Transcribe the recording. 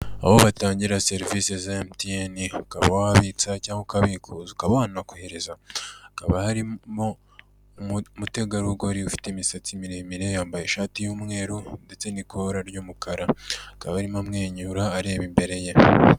Aho batangira serivisi za emutiyene, ukaba wabitsa cyangwa ukabikuza ukaba wanakohereza, hakaba harimo umutegarugori ufite imisatsi miremire, yambaye ishati y'umweru, ndetse n'ikora ry'umukara, akaba arimo amwenyura areba imbere ye.